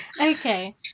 okay